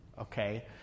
okay